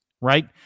right